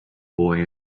boy